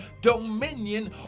Dominion